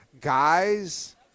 guys –